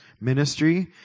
ministry